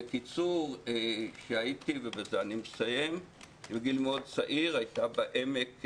בקיצור, בגיל מאוד צעיר, הייתה בעיר,